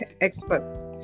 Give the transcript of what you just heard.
experts